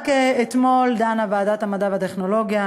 רק אתמול דנה ועדת המדע והטכנולוגיה,